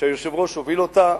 שהיושב-ראש הוביל אותה,